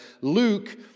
Luke